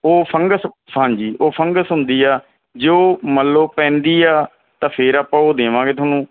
ਉਹ ਫੰਗਸ ਹਾਂਜੀ ਉਹ ਫੰਗਸ ਹੁੰਦੀ ਆ ਜੇ ਉਹ ਮੰਨ ਲਉ ਪੈਂਦੀ ਆ ਤਾਂ ਫਿਰ ਆਪਾਂ ਉਹ ਦੇਵਾਂਗੇ ਤੁਹਾਨੂੰ